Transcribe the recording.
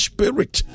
Spirit